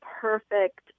perfect